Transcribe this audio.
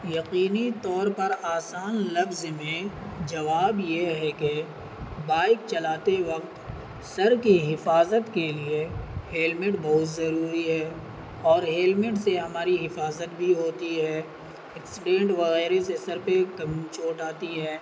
یقینی طور پر آسان لفظ میں جواب یہ ہے کہ بائک چلاتے وقت سر کی حفاظت کے لیے ہیلملمٹ بہت ضروری ہے اور ہیلملمٹ سے ہماری حفاظت بھی ہوتی ہے ایکسیڈینٹ وغیرہ سے سر پہ کم چھوٹ آتی ہیں